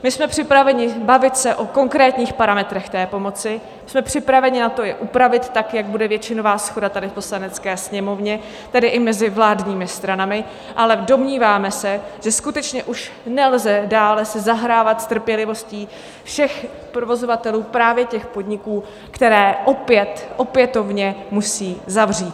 My jsme připraveni se bavit o konkrétních parametrech té pomoci, jsme připraveni na to je upravit tak, jak bude většinová shoda tady v Poslanecké sněmovně, tedy i mezi vládními stranami, ale domníváme se, že skutečně už nelze dále si zahrávat s trpělivostí všech provozovatelů právě těch podniků, které opětovně musejí zavřít.